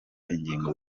ingingo